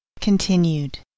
Continued